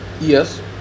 Yes